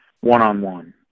one-on-one